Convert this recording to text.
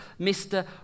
Mr